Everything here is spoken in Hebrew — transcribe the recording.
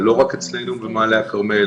זה לא רק אצלנו במעלה הכרמל,